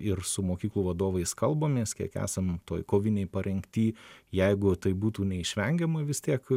ir su mokyklų vadovais kalbamės kiek esam toj kovinėj parengty jeigu tai būtų neišvengiama vis tiek